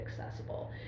accessible